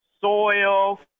soil